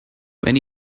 when